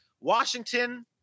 washington